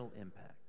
impact